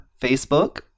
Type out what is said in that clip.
Facebook